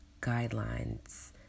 guidelines